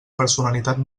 personalitat